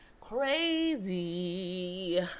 Crazy